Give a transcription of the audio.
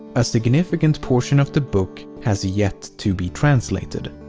a significant portion of the book has yet to be translated.